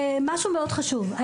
חשוב מאוד.